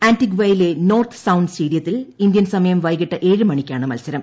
ആന്റിഗ്വയിലെ North Sound സ്റ്റേഡിയത്തിൽ Indian സമയം വൈകിട്ട് ഏഴ് മണിക്കാണ് മൽസരം